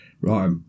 Right